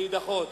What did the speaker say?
להידחות.